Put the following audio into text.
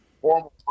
formal